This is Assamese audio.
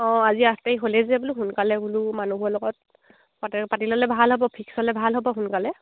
অঁ আজি আঠ তাৰিখ হ'লেই যে বোলো সোনকালে বোলো মানুহৰ লগত পাতি ল'লে ভাল হ'ব ফিক্স হ'লে ভাল হ'ব সোনকালে